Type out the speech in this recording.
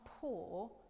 poor